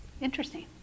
interesting